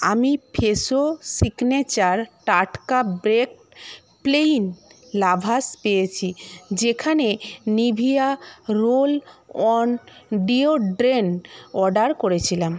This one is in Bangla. আমি ফ্রেশো সিগনেচার টাটকা বেকড প্লেইন লাভাশ পেয়েছি যেখানে নিভিয়া রোল অন ডিওড্রেন্ট অর্ডার করেছিলাম